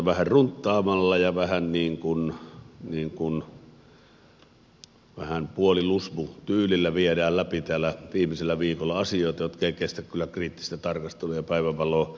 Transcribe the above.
vähän runttaamalla ja vähän niin kuin puolilusmutyylillä viedään läpi täällä viimeisellä viikolla asioita jotka eivät kestä kyllä kriittistä tarkastelua ja päivänvaloa